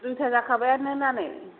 दुइता जाखाबायानो ना नै